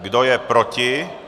Kdo je proti?